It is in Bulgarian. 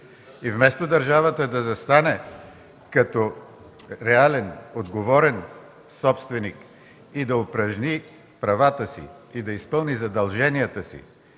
Вместо държавата да застане като реален, отговорен собственик и да упражни правата си и да изпълни задълженията си